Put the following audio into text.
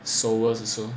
sewers also